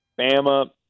Bama